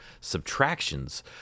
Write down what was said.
subtractions